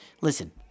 Listen